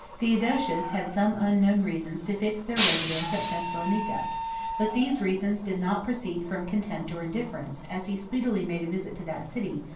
theodosius had some unknown reasons to fix their residence at thessalonica but these reasons did not proceed from contempt or indifference, as he speedily made a visit to that city,